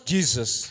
Jesus